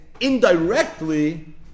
indirectly